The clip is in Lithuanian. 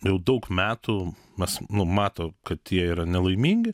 jau daug metų mes nu mato kad jie yra nelaimingi